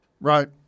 Right